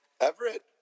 everett